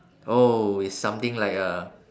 oh it's something like a